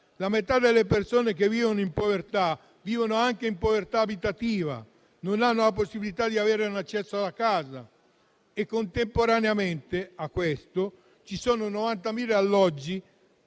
La metà delle persone che vive in povertà vive anche in povertà abitativa, senza la possibilità di avere accesso alla casa. Contemporaneamente a questo, ci sono 90.000 alloggi